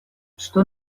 что